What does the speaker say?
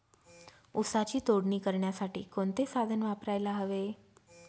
ऊसाची तोडणी करण्यासाठी कोणते साधन वापरायला हवे?